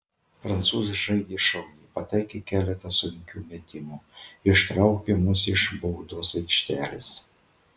prancūzai žaidė šauniai pataikė keletą sunkių metimų ištraukė mus iš baudos aikštelės